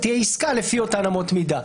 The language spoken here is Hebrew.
תהיה עסקה לפי אותן אמות מידה.